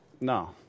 No